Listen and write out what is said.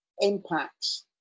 impacts